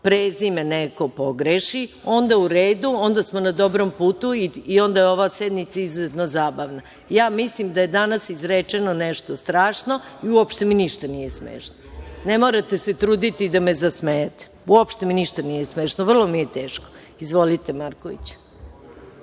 prezime pogreši, onda u redu, onda smo na dobrom putu i onda je ova sednica izuzetno zabavna. Mislim da je danas izrečeno nešto što je strašno i uopšte mi ništa nije smešno. Ne morate se truditi da me zasmejavate. Uopšte mi ništa nije smešno, vrlo mi je teško. Izvolite Markoviću.